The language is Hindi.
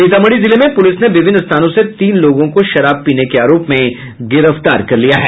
सीतामढ़ी जिले में पुलिस ने विभिन्न स्थानों से तीन लोगों को शराब पीने के आरोप में गिरफ्तार किया है